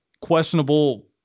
questionable –